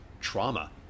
trauma